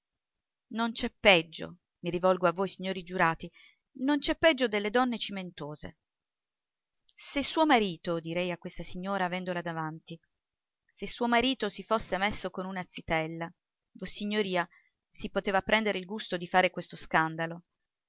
non c'è peggio mi rivolgo a voi signori giurati non c'è peggio delle donne cimentose se suo marito direi a questa signora avendola davanti se suo marito si fosse messo con una zitella vossignoria si poteva prendere il gusto di fare questo scandalo